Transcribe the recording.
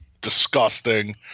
disgusting